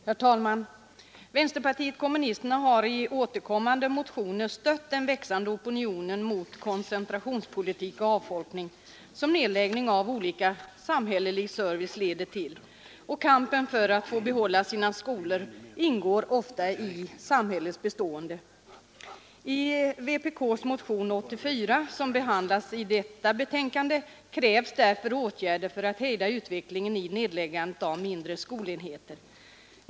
Herr talman! Vänsterpartiet kommunisterna har i återkommande motioner stött den växande opinionen mot koncentrationspolitiken och därmed mot den avfolkning som nedläggningen av olika delar av den samhälleliga servicen leder till. Kampen för att få behålla sin skola ingår ofta i förutsättningarna för ett samhälles bestånd. I vpk:s motion nr 84, som behandlas i förevarande betänkande, krävs åtgärder för att hejda nedläggandet av de mindre skolenheterna.